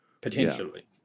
potentially